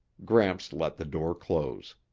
gramps let the door close.